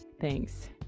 Thanks